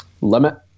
limit